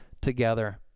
together